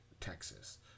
Texas